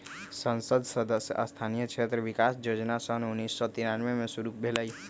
संसद सदस्य स्थानीय क्षेत्र विकास जोजना सन उन्नीस सौ तिरानमें में शुरु भेलई